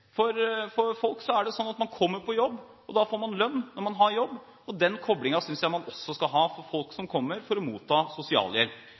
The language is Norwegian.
Norge. For folk er det slik at man kommer på jobb, og når man har jobb, får man lønn. Den koblingen synes jeg man også skal ha for folk som kommer for å motta sosialhjelp.